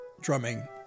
drumming